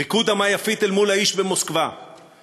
ריקוד ה"מה יפית" אל מול האיש במוסקבה במחיר